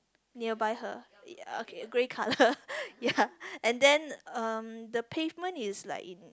nearby her ya okay grey colour ya and then the pavement is like in